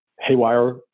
haywire